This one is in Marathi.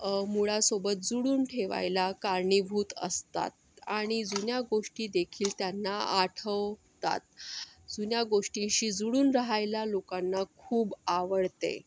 मुळासोबत जुळून ठेवायला कारणीभूत असतात आणि जुन्या गोष्टीदेखील त्यांना आठवतात जुन्या गोष्टीशी जुळून राहायला लोकांना खूप आवडते